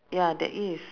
ya there is